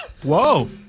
Whoa